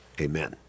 amen